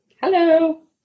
Hello